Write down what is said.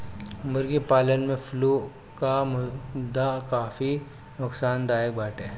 मुर्गी पालन में फ्लू कअ मुद्दा काफी नोकसानदायक बाटे